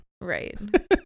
Right